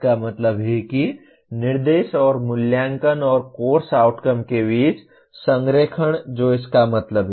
इसका मतलब है कि निर्देश और मूल्यांकन और कोर्स आउटकम के बीच संरेखण जो इसका मतलब है